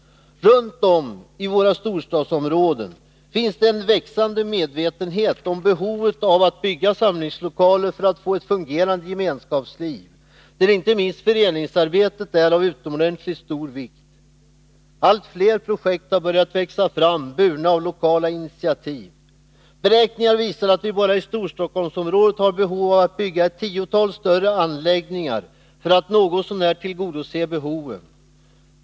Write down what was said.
Runt om i våra storstadsområden finns en växande medvetenhet om behovet av att bygga samlingslokaler för att få ett fungerande gemenskapsliv, där inte minst föreningsarbetet är av utomordentligt stor vikt. Allt fler projekt har börjat växa fram, burna av lokala initiativ. Beräkningar visar att vi bara i Storstockholmsområdet har behov av att bygga ett tiotal större anläggningar för att något så när tillgodose behoven.